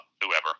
whoever